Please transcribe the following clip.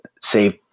save